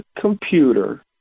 computer